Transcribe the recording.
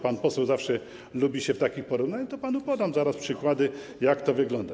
Pan poseł zawsze lubił takie porównania, to panu podam zaraz przykłady, jak to wygląda.